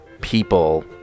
people